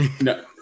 No